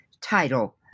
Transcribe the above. title